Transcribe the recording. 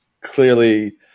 clearly